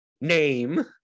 name